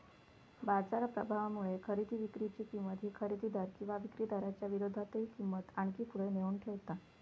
बाजार प्रभावामुळे खरेदी विक्री ची किंमत ही खरेदीदार किंवा विक्रीदाराच्या विरोधातही किंमत आणखी पुढे नेऊन ठेवता